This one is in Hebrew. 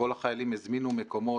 כל החיילים הזמינו מקומות,